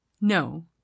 No